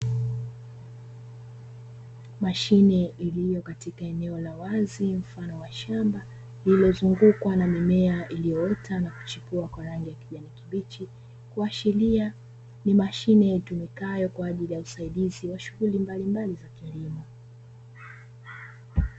Mashine iliyo katika eneo la wazi. mfano wa shamba lililozungukwa na mimea iliyoota na kuchipua kwa rangi ya kijani kibichi, kuashiria ni mashine itumikayo kwa ajili ya usaidizi wa shughuli mbalimbali za kilimo.